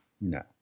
No